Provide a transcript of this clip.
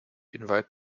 invite